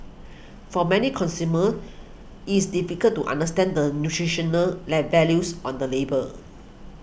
for many consumers it's difficult to understand the nutritional let values on the label